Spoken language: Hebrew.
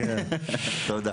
תודה.